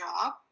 job